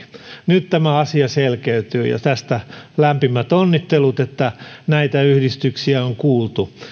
nyt tämä asia selkeytyy ja tästä lämpimät onnittelut että näitä yhdistyksiä on kuultu